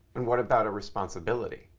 and what about a responsibility?